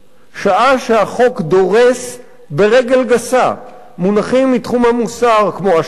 שעה שהחוק דורס ברגל גסה מונחים מתחום המוסר כמו אשמה,